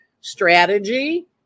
strategy